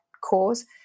cause